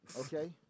okay